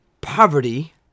poverty